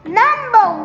number